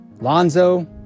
Lonzo